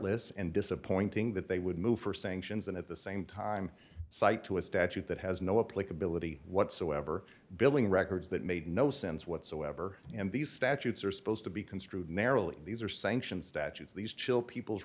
meritless and disappointing that they would move for sanctions and at the same time cite to a statute that has no uplink ability whatsoever billing records that made no sense whatsoever and these statutes are supposed to be construed marilee these are sanctioned statutes these chill people's